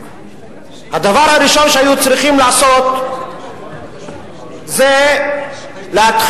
הדבר הראשון שהיו צריכים לעשות זה להתחיל